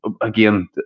again